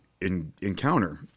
encounter